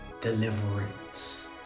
deliverance